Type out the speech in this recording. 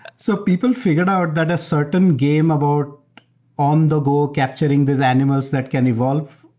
so people figured out that a certain game about on-the-go capturing these animals that can evolve,